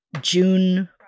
June